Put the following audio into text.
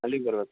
ಅಲ್ಲಿಗೆ ಬರ್ಬೇಕು